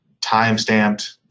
time-stamped